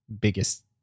biggest